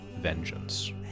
vengeance